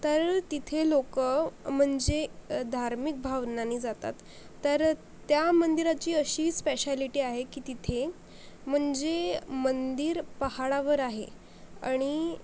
तर तिथे लोकं म्हणजे धार्मिक भावनांनी जातात तर त्या मंदिराची अशी स्पेशालिटी आहे की तिथे म्हणजे मंदिर पहाडावर आहे आणि